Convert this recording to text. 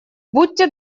будьте